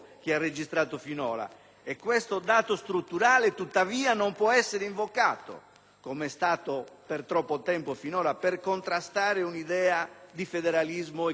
questo dato strutturale tuttavia non può essere invocato, come è stato fatto finora per troppo tempo, per contrastare un'idea di federalismo e quindi di autogoverno.